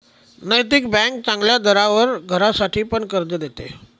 नैतिक बँक चांगल्या दरावर घरासाठी पण कर्ज देते